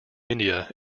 india